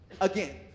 Again